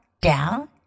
down